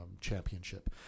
championship